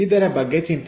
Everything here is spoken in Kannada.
ಇದರ ಬಗ್ಗೆ ಚಿಂತಿಸಿ